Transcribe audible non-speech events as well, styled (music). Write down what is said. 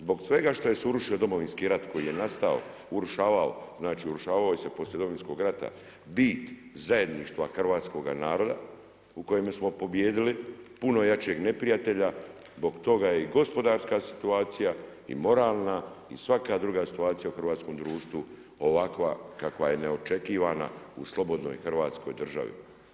Zbog svega što … (unintelligible) Domovinski rat koji je nastao, urušavao, znači urušavao se poslije Domovinskog rata, bit zajedništva hrvatskoga naroda u kojemu smo pobijedili puno jačeg neprijatelja, zbog toga je i gospodarska situacija i moralna i svaka druga situacija u hrvatskom društvu ovakva kakva je neočekivana i slobodnoj hrvatskoj državi.